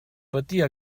patir